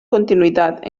continuïtat